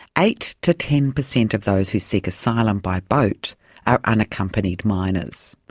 eight to ten per cent of those who seek asylum by boat are unaccompanied minors.